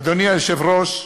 אדוני היושב-ראש,